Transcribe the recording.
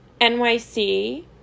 nyc